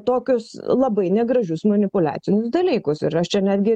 tokius labai negražius manipuliacinius dalykus ir aš čia netgi